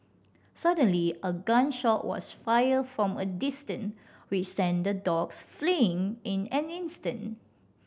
suddenly a gun shot was fired from a distance which sent the dogs fleeing in an instant